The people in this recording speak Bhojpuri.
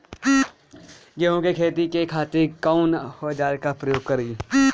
गेहूं के खेती करे खातिर कवन औजार के प्रयोग करी?